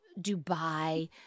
Dubai